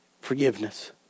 forgiveness